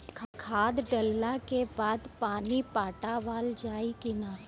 खाद डलला के बाद पानी पाटावाल जाई कि न?